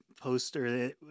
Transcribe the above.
poster